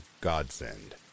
godsend